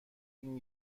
این